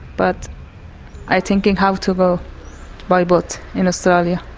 but i'm thinking how to go by boat in australia.